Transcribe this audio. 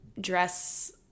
dress